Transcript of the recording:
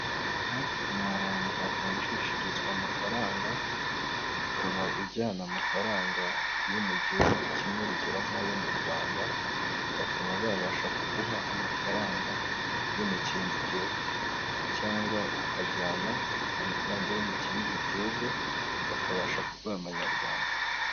Aha ni ahantu havunjishirizwa amafaranga, ukaba ujyana amafaranga yo mu gihugu kimwe urugero nk'ayo mu Rwanda bakaba babasha kuguha amafaranga yo mu kindi gihugu cyangwa ukajyana amafaranga yo mu kindi gihugu bakabasha kuguha amanyarwanda.